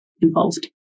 involved